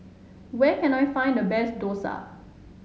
where can I find the best dosa